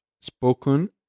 spoken